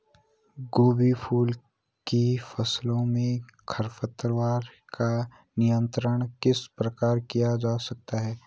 गोभी फूल की फसलों में खरपतवारों का नियंत्रण किस प्रकार किया जा सकता है?